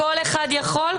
האם כל אחד יכול?